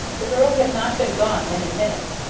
the girl had not been gone many minutes,